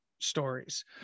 stories